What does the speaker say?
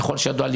ככל שידוע,